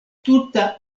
tuta